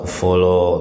follow